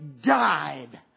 died